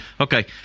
Okay